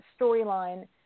storyline